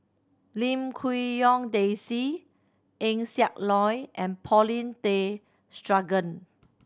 Lim Quee Hong Daisy Eng Siak Loy and Paulin Tay Straughan